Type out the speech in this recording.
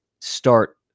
start